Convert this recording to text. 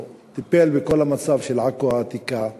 או טיפל בכל המצב, של עכו העתיקה,